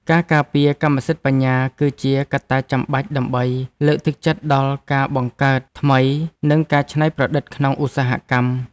ការការពារកម្មសិទ្ធិបញ្ញា គឺជាកត្តាចាំបាច់ដើម្បីលើកទឹកចិត្តដល់ការបង្កើតថ្មី និងការច្នៃប្រឌិតក្នុងឧស្សាហកម្ម។